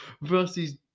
versus